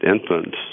infants